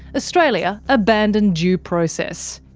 australia abandoned due process.